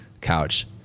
couch